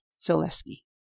Zaleski